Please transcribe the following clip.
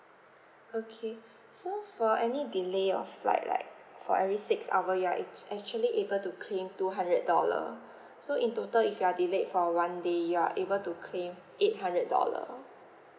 okay so for any delay of flight right for every six hour you're ac~ actually able to claim two hundred dollar so in total if you are delayed for one day you're able to claim eight hundred dollar um